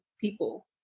people